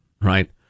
right